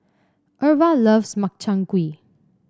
Irva loves Makchang Gui